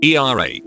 erh